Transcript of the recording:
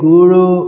Guru